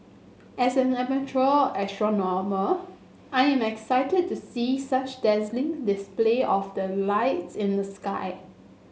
as an amateur astronomer I am excited to see such dazzling display of the lights in the sky